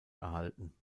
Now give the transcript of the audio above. erhalten